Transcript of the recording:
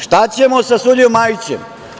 Šta ćemo sa sudijom Majićem?